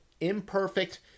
imperfect